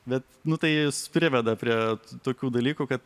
bet nu tai jis priveda prie tokių dalykų kad